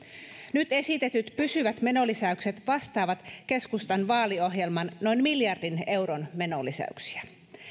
nyt esitetyt pysyvät menolisäykset vastaavat keskustan vaaliohjelman noin miljardin euron menolisäyksiä